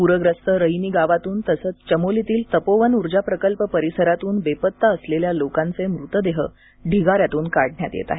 प्रग्रस्त रईनी गावातून तसंच चमोलीतील तपोवन ऊर्जा प्रकल्प परिसरातून बेपत्ता असलेल्या लोकांचे मृतदेह ढीगाऱ्यांतून काढण्यात येत आहेत